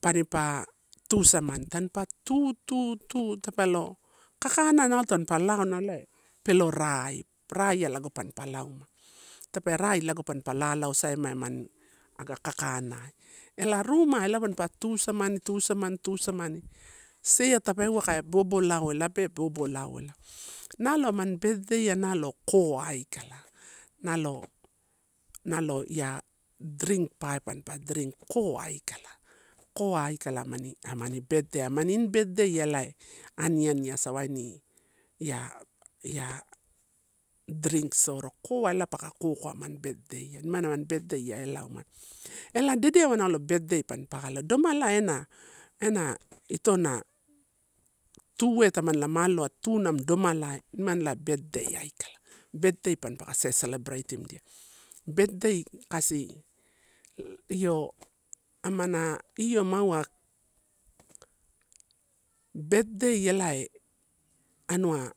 paripa tusamani, tampa tu, tu, tu tape lo, kakanai nalo tampa lao ela telo rai, rai lao pampa lewma. Tape rai lago pampa lau lau saima emani aga kakanai, ela rumai ela mampa tusamani, tusamani, tusamani, seha tapeuwa pe bobolau ela, ela pe bobolau ela, nalo amani birthday nalo koa aikala nalo, nalo ia drink pae pampa drink koa aikala koa aikala amani ini birthday ai. Amani ini birthday ai ela aniani asa waini ia, ia drink soro, koa elai paka kokoa amani birthday ai, nimani amani birthday ia ela umado, ela dede awa nalo birthday mampa alo elomalai ena ena ito na tue tamanima aloa, tu namini domalai nimani birthday aikala, birthday mampaka celebratetimdia. Birthday kasi io amana io maua, birthday elae anua.